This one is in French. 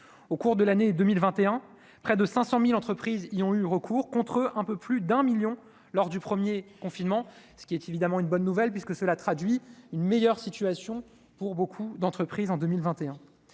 au cours de l'année 2021 près de 500000 entreprises y ont eu recours contre un peu plus d'un 1000000 lors du premier confinement, ce qui est évidemment une bonne nouvelle puisque cela traduit une meilleure situation pour beaucoup d'entreprises en 2021